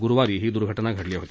गुरुवारी ही घटना घडली होती